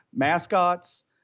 Mascots